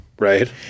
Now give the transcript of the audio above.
Right